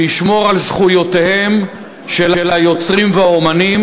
שישמור על זכויותיהם של היוצרים והאמנים,